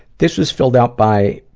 this was filled out by